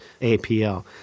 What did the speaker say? APL